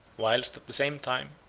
whilst, at the same time,